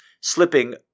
slipping